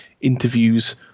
interviews